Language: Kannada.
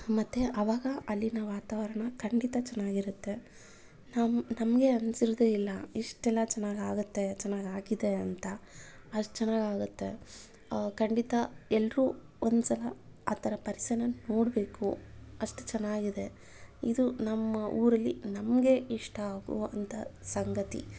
ಮತ್ತೆ ಆವಾಗ ಅಲ್ಲಿನ ವಾತಾವರಣ ಖಂಡಿತ ಚೆನ್ನಾಗಿರುತ್ತೆ ನಮ್ಮ ನಮಗೆ ಅನ್ನಿಸಿರೋದೆ ಇಲ್ಲ ಇಷ್ಟೆಲ್ಲ ಚೆನ್ನಾಗಿ ಆಗುತ್ತೆ ಚೆನ್ನಾಗಿ ಆಗಿದೆ ಅಂತ ಅಷ್ಟು ಚೆನ್ನಾಗಿ ಆಗುತ್ತೆ ಖಂಡಿತ ಎಲ್ಲರೂ ಒಂದ್ಸಲ ಆ ಥರ ಪರಿಸರನ ನೋಡಬೇಕು ಅಷ್ಟು ಚೆನ್ನಾಗಿದೆ ಇದು ನಮ್ಮ ಊರಲ್ಲಿ ನಮಗೆ ಇಷ್ಟ ಆಗುವಂಥ ಸಂಗತಿ